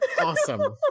Awesome